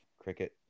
Cricket